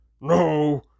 No